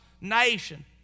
nation